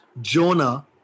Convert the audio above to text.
Jonah